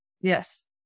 Yes